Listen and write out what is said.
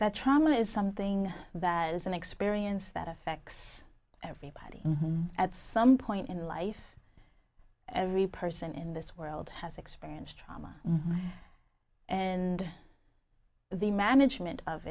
that trauma is something that is an experience that affects everybody at some point in life every person in this world has experienced trauma and the management of